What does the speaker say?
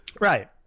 right